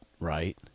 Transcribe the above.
right